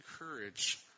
encourage